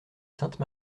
sainte